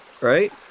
right